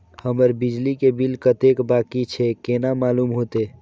हमर बिजली के बिल कतेक बाकी छे केना मालूम होते?